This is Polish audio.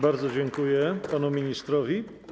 Bardzo dziękuję panu ministrowi.